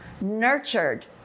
nurtured